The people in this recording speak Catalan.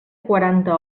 quaranta